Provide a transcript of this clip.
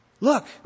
look